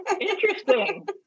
Interesting